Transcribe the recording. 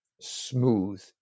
smooth